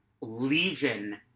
legion